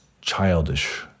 childish